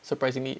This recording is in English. surprisingly